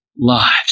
lives